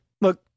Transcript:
look